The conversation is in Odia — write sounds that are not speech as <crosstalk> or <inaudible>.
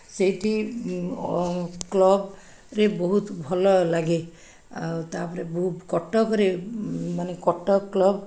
ସେଇଠି କ୍ଲବ୍ରେ ବହୁତ ଭଲ ଲାଗେ ଆଉ ତା'ପରେ <unintelligible> କଟକରେ ମାନେ କଟକ କ୍ଳବ୍